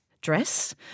dress